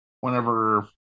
whenever